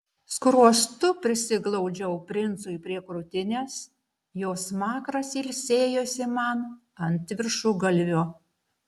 skruostu prisiglaudžiau princui prie krūtinės jo smakras ilsėjosi man ant viršugalvio